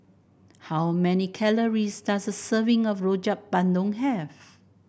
how many calories does a serving of Rojak Bandung have